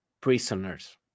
prisoners